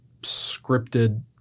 scripted